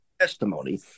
testimony